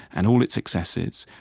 and all its excesses,